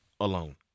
alone